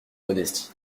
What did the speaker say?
modestie